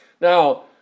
Now